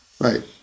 Right